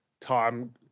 time